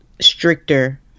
stricter